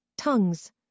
Tongues